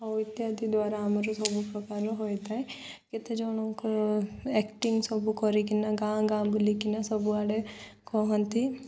ଆଉ ଇତ୍ୟାଦି ଦ୍ୱାରା ଆମର ସବୁ ପ୍ରକାର ହୋଇଥାଏ କେତେଜଣଙ୍କ ଆକ୍ଟିଂ ସବୁ କରିକିନା ଗାଁ ଗାଁ ବୁଲିକିନା ସବୁଆଡ଼େ କହନ୍ତି